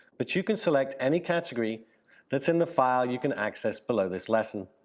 but you can select any category that's in the file you can access below this lesson.